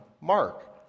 Mark